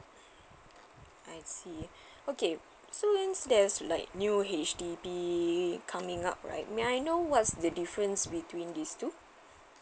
I see okay so there's like new H_D_B coming up right may I know what's the difference between these two